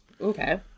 Okay